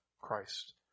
Christ